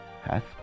hath